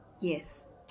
Yes